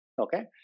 okay